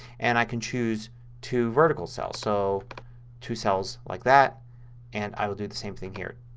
and i can choose two vertical cells. so two cells like that and i will do the same thing here.